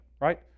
right